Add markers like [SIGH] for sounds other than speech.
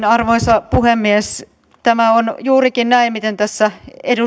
[UNINTELLIGIBLE] arvoisa puhemies tämä on juurikin näin miten tässä